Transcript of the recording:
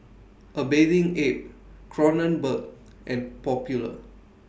A Bathing Ape Kronenbourg and Popular